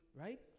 right